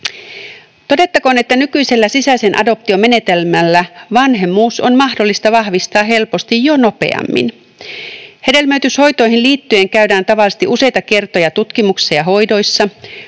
Todettakoon, että nykyisellä sisäisen adoption menetelmällä vanhemmuus on mahdollista vahvistaa helposti jo nopeammin. Hedelmöityshoitoihin liittyen käydään tavallisesti useita kertoja tutkimuksissa ja hoidoissa,